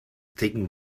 taken